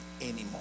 anymore